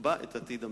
יקבע את עתיד המדינה.